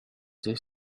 this